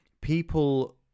people